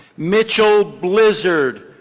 mitchell blizzard,